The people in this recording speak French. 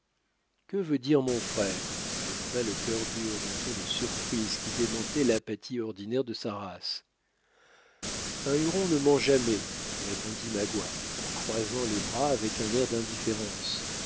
que veut dire mon frère demanda le cœur dur d'un ton de surprise qui démentait l'apathie ordinaire de sa race un huron ne ment jamais répondit magua en croisant les bras avec un air d'indifférence